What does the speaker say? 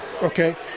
Okay